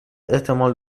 احتمال